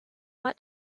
ought